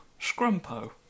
Scrumpo